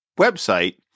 website